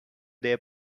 their